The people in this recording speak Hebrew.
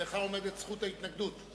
לך עומדת זכות ההתנגדות.